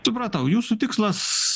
supratau jūsų tikslas